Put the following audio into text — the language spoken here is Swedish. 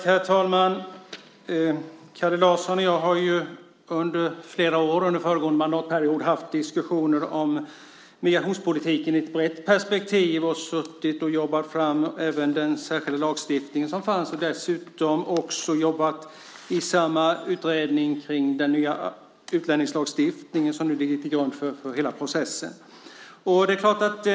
Herr talman! Kalle Larsson och jag har ju under flera år under föregående mandatperiod haft diskussioner om migrationspolitiken i ett brett perspektiv och jobbat fram även den särskilda lagstiftning som fanns. Vi har dessutom jobbat i samma utredning om den nya utlänningslagstiftningen som nu ligger till grund för hela processen.